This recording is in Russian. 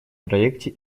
проекте